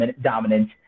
dominant